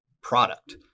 product